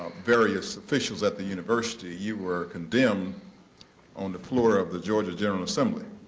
various officials at the university you were condemned on the floor of the georgia general assembly.